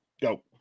Go